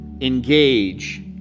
engage